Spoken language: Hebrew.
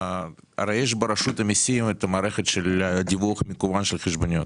הרי יש ברשות המיסים את המערכת של דיווח מקוון של חשבוניות,